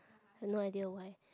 no idea why